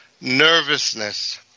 nervousness